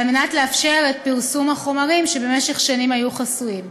על מנת לאפשר את פרסום החומרים שבמשך שנים היו חסויים.